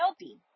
healthy